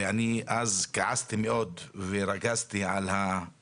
על שטחים פתוחים